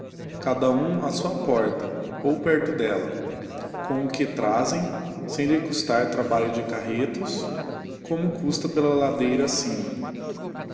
cada um á sua porta ou perto delia com o que trazem sem lhe custar trabalho de carretos como custa pela ladeira